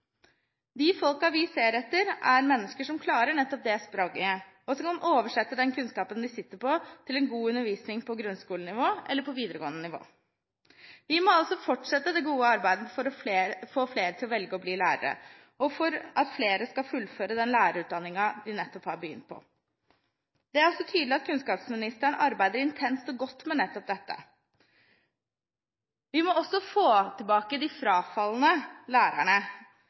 De folka vi ser etter, er mennesker som klarer nettopp det spranget, og som kan oversette den kunnskapen de sitter på, til god undervisning på grunnskole- eller videregående nivå. Vi må altså fortsette det gode arbeidet for å få flere til å velge å bli lærere, og for at flere skal fullføre den lærerutdanningen de nettopp har begynt på. Det er tydelig at kunnskapsministeren arbeider intenst og godt med nettopp dette. Vi må også få tilbake de frafalne lærerne,